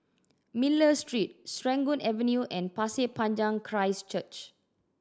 Miller Street Serangoon Avenue and Pasir Panjang Christ Church